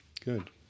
Good